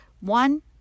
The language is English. One